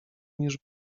niż